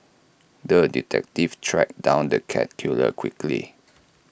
the detective tracked down the cat killer quickly